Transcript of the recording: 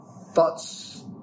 thoughts